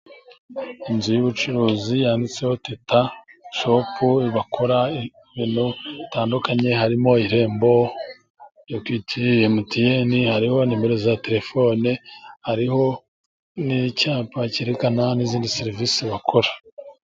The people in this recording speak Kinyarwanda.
Inzu y'ubucuruzi, yanditseho teta shopu, bakora ibintu bitandukanye, harimo irembo, ekwiti, emutiyene, hariho numero za telefone hariho n'icyapa cyerekana n'izindi serivisi bakora.